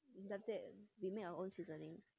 but we we mix our own seasonings